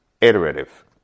iterative